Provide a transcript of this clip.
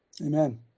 Amen